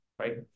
Right